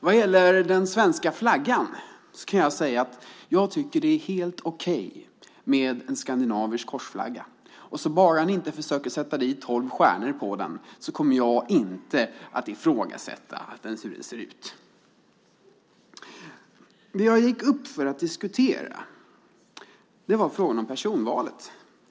Vad gäller den svenska flaggan kan jag säga att jag tycker att det är helt okej med en skandinavisk korsflagga bara ni inte försöker sätta dit tolv stjärnor på den. Jag kommer inte att ifrågasätta att den ser ut som den gör. Det jag gick upp för att diskutera var frågan om personvalet.